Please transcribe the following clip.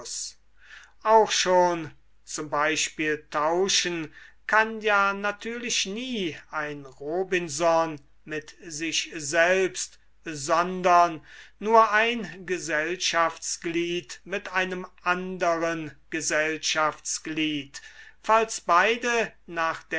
auch schon z b tauschen kann ja natürlich nie ein robinson mit sich selbst sondern nur ein gesellschaftsglied mit einem anderen gesellschaftsglied falls beide nach